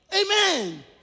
Amen